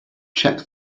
check